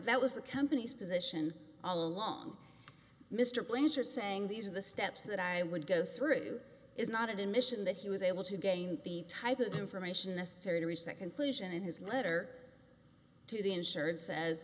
that was the company's position all along mr billings are saying these are the steps that i would go through is not an mission that he was able to gain the type of information necessary to reach that conclusion in his letter to the insured says